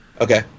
Okay